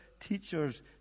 teachers